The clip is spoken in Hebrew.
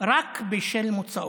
רק בשל מוצאו.